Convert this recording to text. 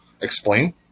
explain